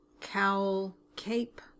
cowl-cape